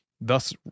thus